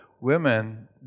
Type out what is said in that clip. women